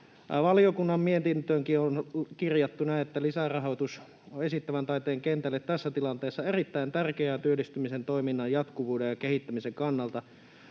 Valtiovarainvaliokunnan mietintöönkin on kirjattu näin: ”Lisärahoitus on esittävän taiteen kentälle tässä tilanteessa erittäin tärkeää työllistämisen, toiminnan jatkuvuuden ja kehittämisen kannalta.